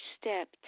step